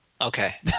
Okay